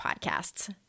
podcasts